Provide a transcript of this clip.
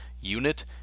unit